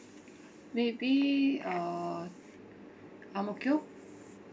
maybe uh ang mo kio